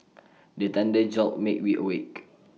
the thunder jolt make we awake